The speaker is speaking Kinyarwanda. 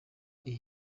iyi